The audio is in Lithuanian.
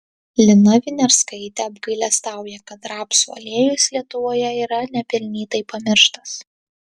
lina viniarskaitė apgailestauja kad rapsų aliejus lietuvoje yra nepelnytai pamirštas